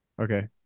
Okay